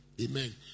Amen